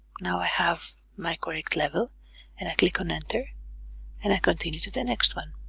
now i have my correct level and i click on enter and i continue to the next one